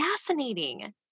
fascinating